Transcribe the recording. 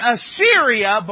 Assyria